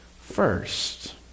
first